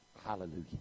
Hallelujah